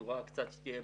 שניתן.